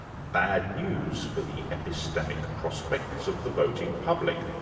bad news for the epistemic prospects of the voting public?